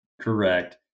Correct